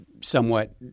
somewhat –